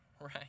Right